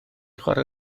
chwarae